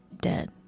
dead